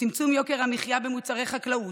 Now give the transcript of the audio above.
צמצום יוקר המחיה במוצרי חקלאות,